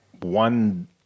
one